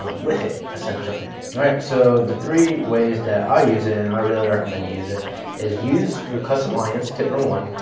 ah with it essentially? so the three ways that i use it and i really recommend you use it is use your custom audience, tip number one,